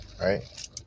right